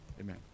amen